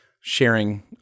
sharing